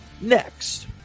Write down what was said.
Next